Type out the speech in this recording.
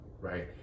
right